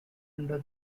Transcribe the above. under